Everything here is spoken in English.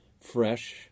fresh